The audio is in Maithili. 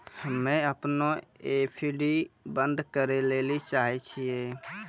हम्मे अपनो एफ.डी बन्द करै ले चाहै छियै